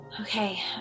Okay